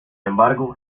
embargo